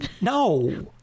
No